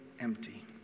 empty